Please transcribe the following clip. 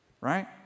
right